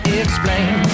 explain